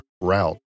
route